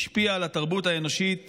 השפיעה על התרבות האנושית